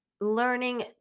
learning